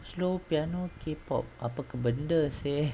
slow piano K pop apa tu benda seh